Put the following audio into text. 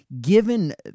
given